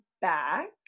back